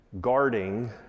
guarding